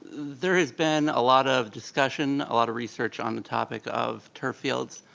there has been a lot of discussion, a lot of research on the topic of turf fields.